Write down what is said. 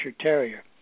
Terrier